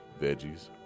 veggies